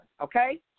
Okay